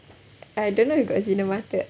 I don't know if got